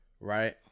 Right